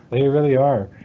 they really are.